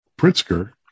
pritzker